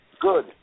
good